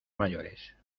mayores